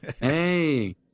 Hey